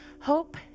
Hope